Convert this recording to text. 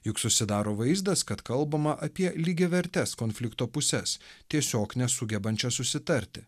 juk susidaro vaizdas kad kalbama apie lygiavertes konflikto puses tiesiog nesugebančias susitarti